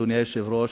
אדוני היושב-ראש,